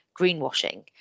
greenwashing